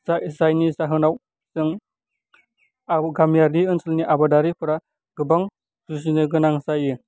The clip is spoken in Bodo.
जाय जायनि जाहोनाव जों गामियारि ओनसोलनि आबादारिफोरा गोबां जुजिनो गोनां जायो